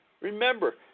Remember